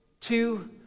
two